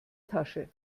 tasche